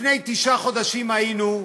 לפני תשעה חודשים היינו,